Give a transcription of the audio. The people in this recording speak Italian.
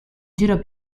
giro